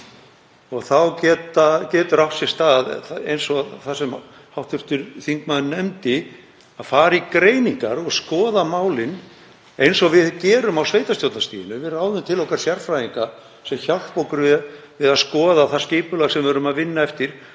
Þá getur átt sér stað það sem hv. þingmaður nefndi, að fara í greiningar og skoða málin, eins og við gerum á sveitarstjórnarstiginu. Við ráðum til okkar sérfræðinga sem hjálpa okkur við að skoða það skipulag sem við erum að vinna eftir